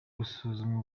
gusuzumwa